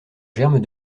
germe